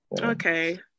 Okay